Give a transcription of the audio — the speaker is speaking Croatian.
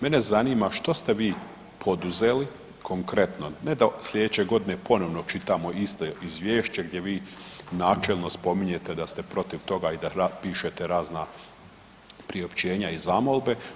Mene zanima što ste vi poduzeli konkretno, ne da sljedeće godine ponovno čitamo isto izvješće gdje vi načelno spominjete da ste protiv toga i da pišete razna priopćenja i zamolbe?